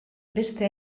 beste